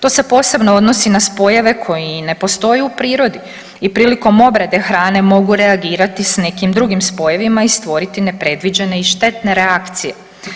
To se posebno odnosi na spojeve koji ne postoje u prirodi i prilikom obrade hrane mogu reagirati s nekim drugim spojevima i stvoriti nepredviđene i štetne reakcije.